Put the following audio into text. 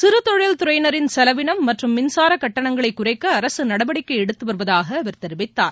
சிறு தொழில் துறையினரின் செலவினம் மற்றும் மின்சார கட்டணங்களை குறைக்க அரசு நடவடிக்கை எடுத்து வருவதூக அவர் தெரிவித்தார்